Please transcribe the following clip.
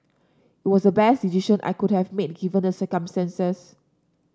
it was the best decision I could have made given the circumstances